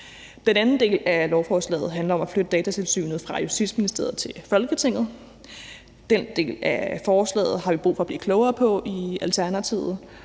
Den anden del af forslaget handler om at flytte Datatilsynet fra Justitsministeriet til Folketinget. Den del af forslaget har vi i Alternativet brug for at blive klogere på, og vi